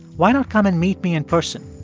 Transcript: why not come and meet me in person,